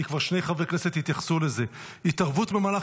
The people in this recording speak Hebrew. כי כבר שני חברי כנסת התייחסו לזה: "התערבות במהלך